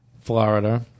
Florida